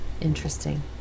Interesting